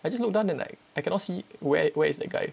I just look down the like I cannot see where where is that guy